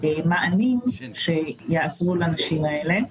ומענים שיעזרו לנשים האלה.